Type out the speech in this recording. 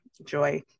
Joy